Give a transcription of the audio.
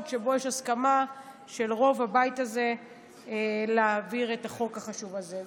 שבו יש הסכמה של רוב הבית הזה להעביר את החוק החשוב הזה.